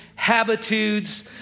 Habitudes